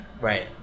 right